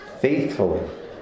faithfully